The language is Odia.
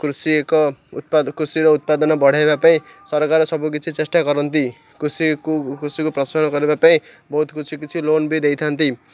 କୃଷି ଏକ କୃଷିର ଉତ୍ପାଦନ ବଢ଼ାଇବା ପାଇଁ ସରକାର ସବୁକିଛି ଚେଷ୍ଟା କରନ୍ତି କୃଷିକୁ କୃଷିକୁ କରିବା ପାଇଁ ବହୁତ କିଛି କିଛି ଲୋନ୍ ବି ଦେଇଥାନ୍ତି